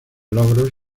logros